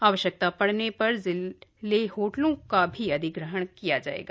आवश्यकता पड़ने पर जिले होटलों का भी अधिग्रहण किया जायेगा